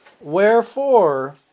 wherefore